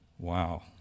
Wow